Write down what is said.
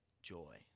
joy